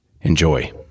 Enjoy